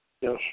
Yes